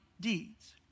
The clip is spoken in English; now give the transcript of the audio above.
deeds